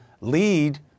lead